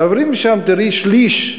תעברי משם, תראי שליש,